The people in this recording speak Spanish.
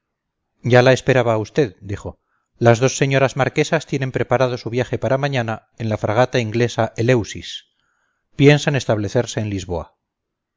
ya la esperaba a usted dijo las dos señoras marquesas tienen preparado su viaje para mañana en la fragata inglesa eleusis piensan establecerse en lisboa